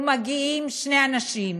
ומגיעים שני אנשים.